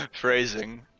phrasing